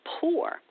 poor